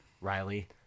Riley